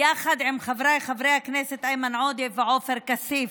יחד עם חבריי חברי הכנסת איימן עודה ועופר כסיף.